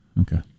Okay